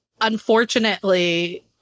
unfortunately